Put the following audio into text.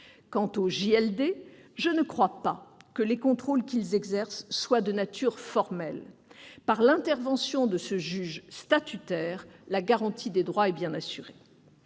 détention, je ne crois pas que les contrôles qu'ils exercent soient de nature formelle. Par l'intervention de ce juge statutaire, la garantie des droits est bien assurée.